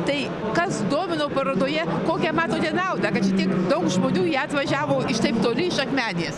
tai kas domino parodoje kokią matote naudą kad čia tiek daug žmonių jų atvažiavo iš taip toli iš akmenės